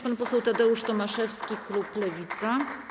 Pan poseł Tadeusz Tomaszewski, klub Lewica.